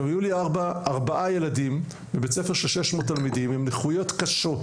עכשיו היו לי ארבעה ילדים בית ספר 600 תלמידים עם נכויות קשות,